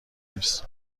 نیست